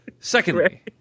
Secondly